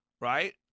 right